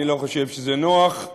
אני לא חושב שזה נוח,